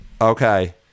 Okay